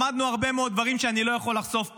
למדנו הרבה מאוד דברים שאני לא יכול לחשוף פה,